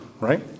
right